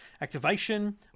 activation